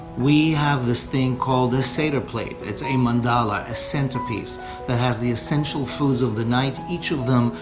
we have this thing called a seder plate, it's a mandala, a centerpiece that has the essential foods of the night, each of them,